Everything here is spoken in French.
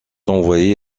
envoyé